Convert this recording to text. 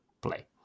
play